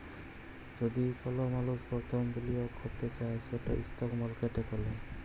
যদি কল মালুস পরথম বিলিয়গ ক্যরতে চায় সেট ইস্টক মার্কেটে ক্যরে